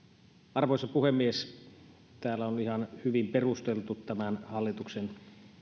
arvoisa puhemies täällä on ihan hyvin perusteltu tämän hallituksen